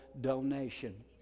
donation